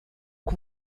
que